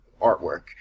artwork